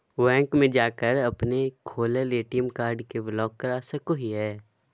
bank में जाकर अपने खोवल ए.टी.एम कार्ड के ब्लॉक करा सको हइ